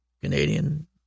Canadian